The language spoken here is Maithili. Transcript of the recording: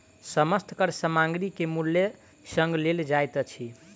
समस्त कर सामग्री के मूल्य संग लेल जाइत अछि